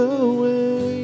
away